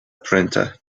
printer